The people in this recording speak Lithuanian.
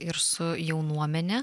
ir su jaunuomene